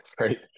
right